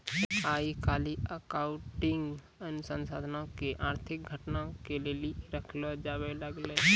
आइ काल्हि अकाउंटिंग अनुसन्धानो के आर्थिक घटना के लेली रखलो जाबै लागलै